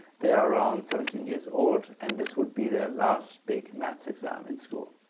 they are around seventeen years old and this would be their last big maths exam in school.